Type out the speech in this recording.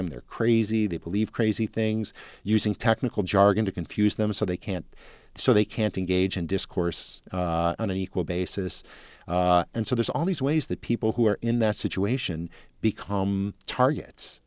them they're crazy they believe crazy things using technical jargon to confuse them so they can't so they can't engage in discourse on an equal basis and so there's all these ways that people who are in that situation because some targets